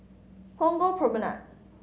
Punggol Promenade